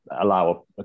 allow